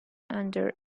under